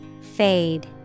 Fade